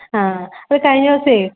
ആ അത് കഴിഞ്ഞ ദിവസം